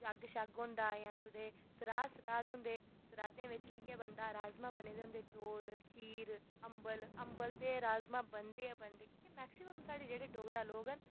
जग होंदा जां कोई शराध होंदे शराधें बिच बी इयै बने दा होंदा राजमांह् चौल खीर अम्बल अम्बल ते राजमांह् बनदे गै बनदे न मैक्सीमम जेह्ड़े साढ़े डोगरा लोग न